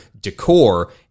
decor